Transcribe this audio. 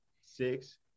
six